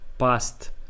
past